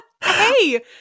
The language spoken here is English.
Hey